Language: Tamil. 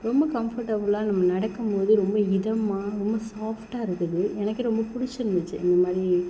ரொம்ப கம்ஃபோர்ட்டபுளாக நம்ம நடக்கும்போது ரொம்ப இதமாக ரொம்ப சாஃப்ட்டாக இருக்குது எனக்கே ரொம்ப பிடிச்சி இருந்துச்சு இந்த மாதிரி